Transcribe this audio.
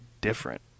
different